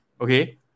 okay